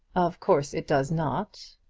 of course it does not.